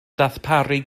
ddarparu